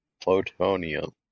Plutonium